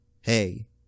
hey